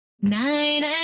Nine